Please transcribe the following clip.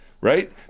right